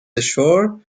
ashore